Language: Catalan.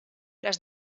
les